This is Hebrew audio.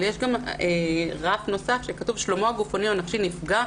אבל יש גם רף נוסף שכתוב "שלומו הגופני או הנפשי נפגע,